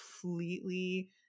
completely